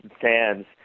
fans